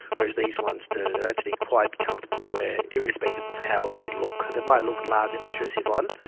whereas these ones do, they're actually quite comfortable to wear irrespective of how they look. they might look large and obtrusive on,